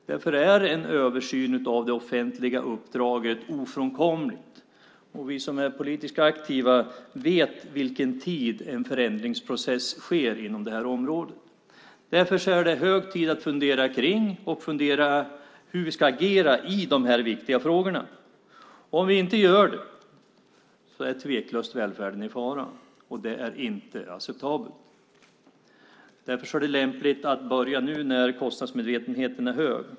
Därför är en översyn av det offentliga uppdraget ofrånkomligt. Vi som är politiskt aktiva vet vilken tid en förändringsprocess tar inom det här området. Därför är det hög tid att fundera över hur vi ska agera i de viktiga frågorna. Om vi inte gör det är tveklöst välfärden i fara. Det är inte acceptabelt. Därför är det lämpligt att börja nu när kostnadsmedvetenheten är hög.